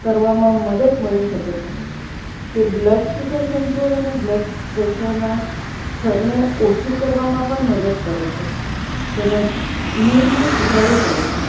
કરવામાં મદદ મળી શકે છે તે બ્લડ સુગર કંટ્રોલ અને બ્લડ પ્રેશરનાં સ્તરને ઓછું કરવામાં પણ મદદ કરે છે તેમજ મૂળમાં સુધારો કરે છે